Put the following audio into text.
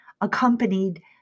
accompanied